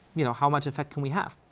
you know how much effect can we have.